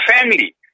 family